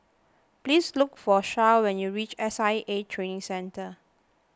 please look for Sharyl when you reach S I A Training Centre